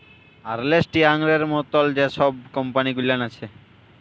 আর্লেস্ট ইয়াংয়ের মতল যে ছব কম্পালি গুলাল আছে